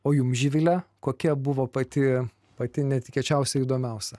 o jum živile kokia buvo pati pati netikėčiausia įdomiausia